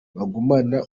bagumana